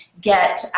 get